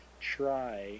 try